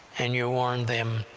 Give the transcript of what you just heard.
and you warned them,